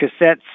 cassettes